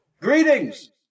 Greetings